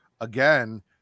again